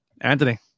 Anthony